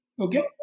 Okay